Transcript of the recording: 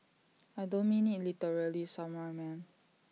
I don't mean IT literally samurai man